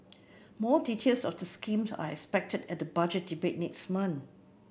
more details of the scheme are expected at the Budget Debate next month